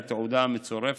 באמצעות התעודה המצורפת